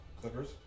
Clippers